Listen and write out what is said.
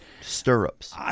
Stirrups